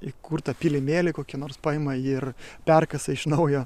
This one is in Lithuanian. įkurtą pylimėlį kokia nors paima ir perkasa iš naujo